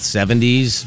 70s